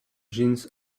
jeans